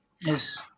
Yes